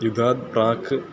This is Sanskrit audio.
युगात् प्राक्